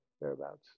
thereabouts